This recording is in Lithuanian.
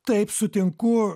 taip sutinku